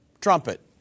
trumpet